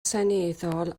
seneddol